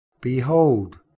behold